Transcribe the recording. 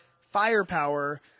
firepower